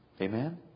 Amen